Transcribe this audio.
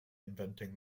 inventing